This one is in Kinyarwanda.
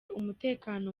umutekano